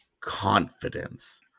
confidence